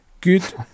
Good